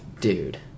Dude